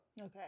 Okay